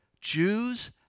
Jews